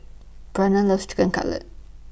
Bryana loves Chicken Cutlet